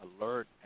alert